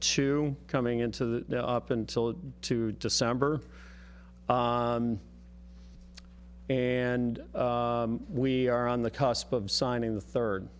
two coming into the up until two december and we are on the cusp of signing the third